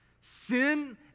Sin